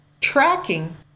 tracking